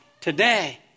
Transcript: today